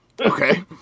Okay